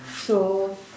so